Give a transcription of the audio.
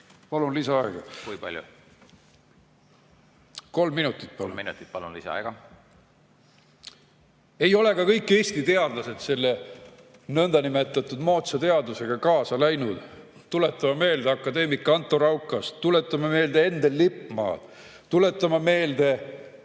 Palun lisaaega. Kui palju? Kolm minutit. Kolm minutit, palun, lisaaega! Ei ole ka kõik Eesti teadlased selle nõndanimetatud moodsa teadusega kaasa läinud. Tuletame meelde akadeemik Anto Raukast, tuletame meelde Endel Lippmaad, tuletame meelde